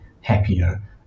happier